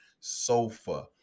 sofa